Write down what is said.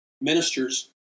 ministers